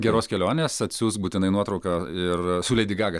geros kelionės atsiųsk būtinai nuotrauką ir su leidi gaga